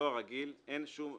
דואר רגיל, אין שום